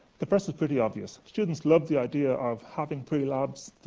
the first is pretty obvious students love the idea of having pre-labs,